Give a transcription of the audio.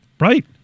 Right